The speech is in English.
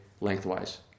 lengthwise